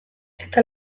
eta